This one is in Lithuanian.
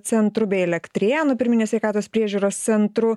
centru bei elektrėnų pirminės sveikatos priežiūros centru